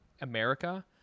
America